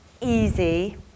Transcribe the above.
easy